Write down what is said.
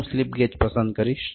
5નું slip gauge પસંદ કરીશ